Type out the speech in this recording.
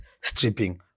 stripping